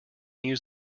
use